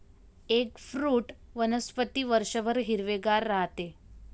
eggfruit वनस्पती वर्षभर हिरवेगार राहते